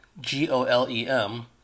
G-O-L-E-M